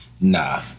Nah